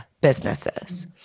businesses